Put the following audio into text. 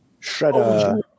Shredder